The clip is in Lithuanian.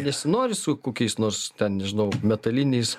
nesinori su kokiais nors nežinau metaliniais